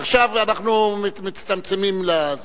רק עכשיו אנחנו מצטמצמים לזה.